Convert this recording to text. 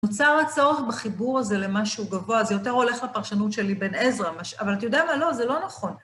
נוצר הצורך בחיבור הזה למשהו גבוה, זה יותר הולך לפרשנות של אבן עזרה, אבל אתה יודע מה? לא, זה לא נכון.